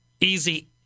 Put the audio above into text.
easy